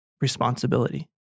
responsibility